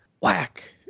whack